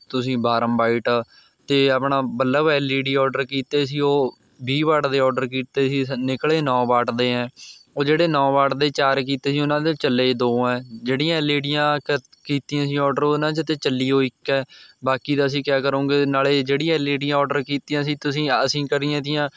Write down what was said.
ਤੁਸੀਂ warm white ਅਤੇ ਆਪਣਾ bulb L E D order ਕੀਤੇ ਸੀ ਉਹ ਵੀਹ ਵਾਟ ਦੇ ਔਰਡਰ ਕੀਤੇ ਸੀ ਨਿਕਲੇ ਨੌ ਵਾਟ ਦੇ ਹੈ ਉਹ ਜਿਹੜੇ ਨੌ ਵਾਟ ਦੇ ਚਾਰ ਕੀਤੇ ਸੀ ਉਹਨਾਂ ਦੇ ਚੱਲੇ ਦੋ ਹੈ ਜਿਹੜੀਆਂ ਐੱਲ ਈ ਡੀਆਂ ਕ ਕੀਤੀਆਂ ਸੀ ਔਡਰ ਉਹਨਾਂ 'ਚ ਤਾਂ ਚੱਲੀ ਓ ਇੱਕ ਹੈ ਬਾਕੀ ਦਾ ਅਸੀਂ ਕਿਆ ਕਰੂੰਗੇ ਨਾਲੇ ਜਿਹੜੀ ਐੱਲ ਈ ਡੀਆਂ ਔਰਡਰ ਕੀਤੀਆਂ ਸੀ ਤੁਸੀਂ ਅਸੀਂ ਕਰੀਆਂ ਤੀਆਂ